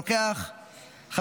אינה נוכחת,